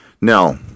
Now